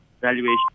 valuation